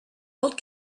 old